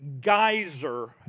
geyser